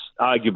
arguably